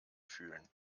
fühlen